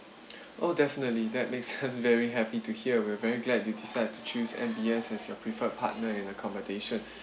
oh definitely that makes us very happy to hear we're very glad you decide to choose M_B_S as your preferred partner in accommodation